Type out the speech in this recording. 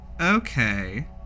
Okay